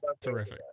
terrific